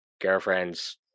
girlfriends